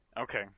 Okay